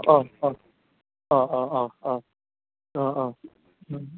औ औ औ अह अह अह अह अह